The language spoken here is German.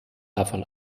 davon